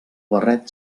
barret